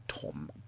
tom